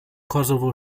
kosovo